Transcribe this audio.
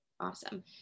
Awesome